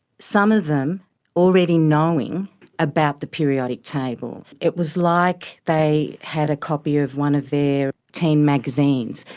some of them already knowing about the periodic table. it was like they had a copy of one of their teen magazines,